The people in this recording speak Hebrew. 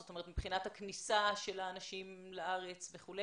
זאת אומרת, מבחינת הכניסה של האנשים לארץ וכולי?